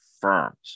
firms